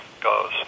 goes